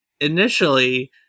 initially